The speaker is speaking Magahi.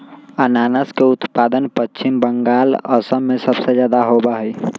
अनानस के उत्पादन पश्चिम बंगाल, असम में सबसे ज्यादा होबा हई